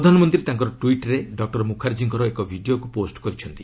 ପ୍ରଧାନମନ୍ତ୍ରୀ ତାଙ୍କର ଟ୍ୱିଟ୍ରେ ଡକୁର ମୁଖାର୍ଜୀଙ୍କର ଏକ ଭିଡ଼ିଓକୁ ପୋଷ୍ଟ କରିଛନ୍ତି